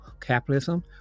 Capitalism